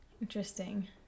Interesting